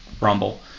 rumble